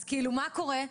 אז כאילו מה קורה?